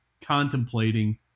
contemplating